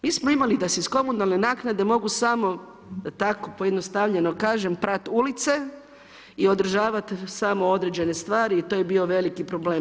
Mi smo imali da se iz komunalne naknade mogu samo tako pojednostavljeno kažem prat ulice i održavat samo određene stvari i to je bio veliki problem.